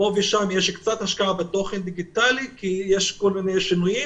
פה ושם יש קצת השקעה בתוכן דיגיטלי כי יש כל מיני שינויים